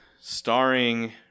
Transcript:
starring